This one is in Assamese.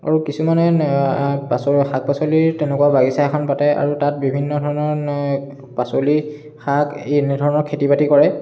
আৰু কিছুমানে শাক পাচলিৰ তেনেকুৱা বাগিচা এখন পাতে আৰু তাত বিভিন্ন ধৰণৰ পাচলি শাক এনেধৰণৰ খেতি বাতি কৰে